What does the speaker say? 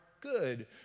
good